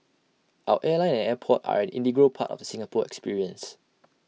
our airline and airport are an integral part of the Singapore experience